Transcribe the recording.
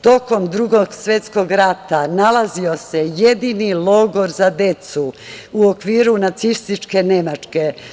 Tokom Drugog svetskog rata nalazio se jedini logor za decu u okviru Nacističke Nemačke.